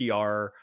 PR